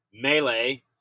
melee